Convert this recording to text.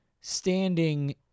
standing